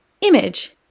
image